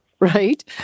right